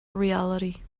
reality